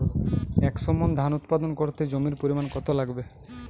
একশো মন ধান উৎপাদন করতে জমির পরিমাণ কত লাগবে?